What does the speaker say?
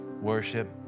worship